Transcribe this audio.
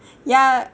yeah